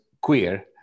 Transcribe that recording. queer